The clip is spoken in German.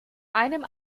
einem